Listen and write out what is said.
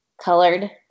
colored